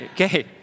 Okay